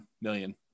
million